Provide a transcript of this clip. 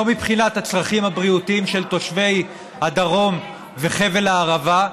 לא מבחינת הצרכים הבריאותיים של תושבי הדרום וחבל הערבה,